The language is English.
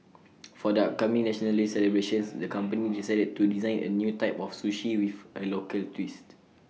for the upcoming National Day celebrations the company decided to design A new type of sushi with A local twist